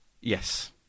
Yes